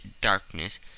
darkness